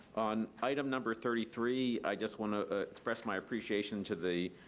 on item number thirty three, i just want to ah express my appreciation to the